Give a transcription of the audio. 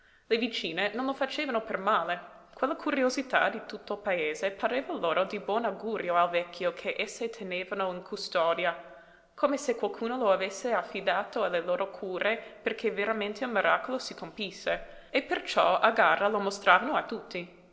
le vicine non lo facevano per male quella curiosità di tutto il paese pareva loro di buon augurio al vecchio che esse tenevano in custodia come se qualcuno lo avesse affidato alle loro cure perché veramente un miracolo si compisse e perciò a gara lo mostravano a tutti